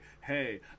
hey